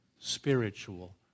spiritual